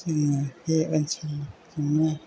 जोङो बे ओनसोलनि जोंनो